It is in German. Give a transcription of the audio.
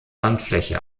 landfläche